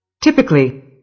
Typically